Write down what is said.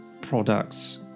products